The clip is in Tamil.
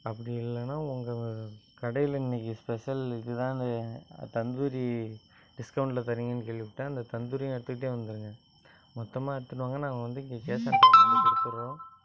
அப்படி இல்லைன்னா உங்க கடையில் இன்றைக்கி ஸ்பெஷல் இதுதான் தந்தூரி டிஸ்கவுண்டில் தரீங்கன்னு கேள்விப்பட்டேன் தந்தூரியும் எடுத்துட்டே வந்துடுங்க மொத்தமாக எடுத்துட்டு வாங்க நாங்கள் வந்து கேஷ் ஆன் டெலிவரி கொடுத்துட்றோம்